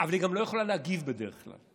אבל היא גם לא יכולה להגיב בדרך כלל.